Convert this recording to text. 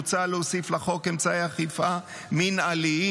מוצע להוסיף לחוק אמצעי אכיפה מינהליים